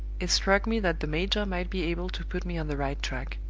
it struck me that the major might be able to put me on the right tack.